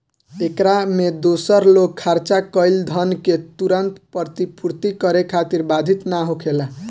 एकरा में दूसर लोग खर्चा कईल धन के तुरंत प्रतिपूर्ति करे खातिर बाधित ना होखेला